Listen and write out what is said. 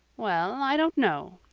well, i don't know,